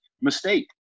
mistake